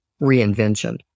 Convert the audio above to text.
reinvention